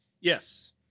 yes